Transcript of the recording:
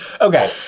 Okay